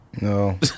No